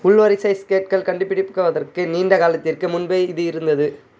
உள்வரிசை ஸ்கேட்கள் கண்டுபிடிக்கப்படுவதற்கு நீண்ட காலத்திற்கு முன்பே இது இருந்தது